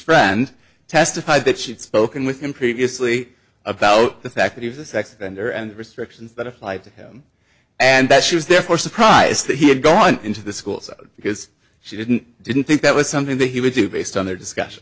friend testified that she had spoken with him previously about the fact that he was a sex offender and restrictions that applied to him and that she was therefore surprised that he had gone into the schools because she didn't didn't think that was something that he would do based on their discussion